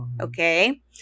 Okay